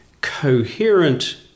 coherent